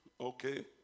Okay